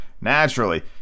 naturally